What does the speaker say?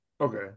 Okay